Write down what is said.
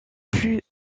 plus